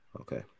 Okay